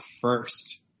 first